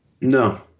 No